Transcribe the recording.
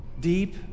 Deep